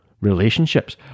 relationships